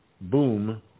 boom